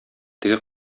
теге